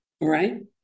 right